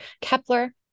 Kepler